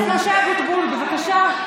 בבקשה.